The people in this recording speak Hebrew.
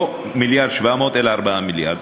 לא 1.7 מיליארד אלא 4 מיליארדים.